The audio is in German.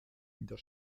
der